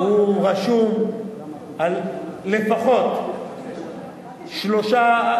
הוא רשום על לפחות שלושה,